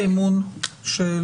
לא, לא.